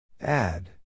add